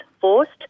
forced